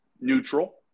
neutral